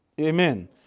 Amen